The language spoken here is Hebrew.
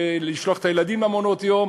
לשלוח את הילדים למעונות-יום,